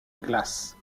glace